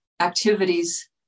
activities